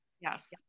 yes